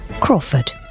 Crawford